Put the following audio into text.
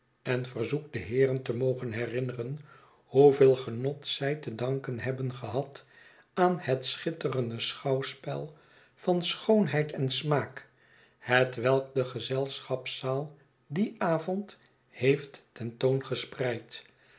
en verzoekt de heeren te mogen herinneren hoeveel genot zij te danken hebben gehad aan het schitterende schouwspel van schoonheid en smaak hetwelk de gezelschapszaal dien avond heeft ten toon gespreid